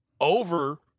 over